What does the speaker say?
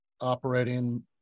operating